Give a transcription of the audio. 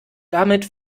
damit